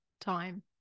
time